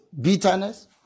Bitterness